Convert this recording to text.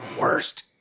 worst